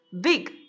Big